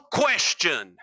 question